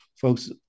folks